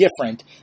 different